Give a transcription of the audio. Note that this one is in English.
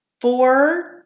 four